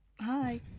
hi